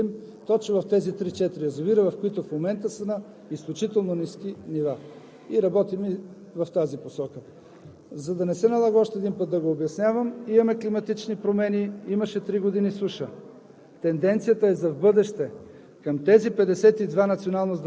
Разбира се, за земеделието трябва да положим огромни усилия, за да го преразпределим точно в тези 3 – 4 язовира, които в момента са на изключително ниски нива. Работим в тази посока. За да не се налага още един път да го обяснявам – имаше климатични промени, имаше три години суша.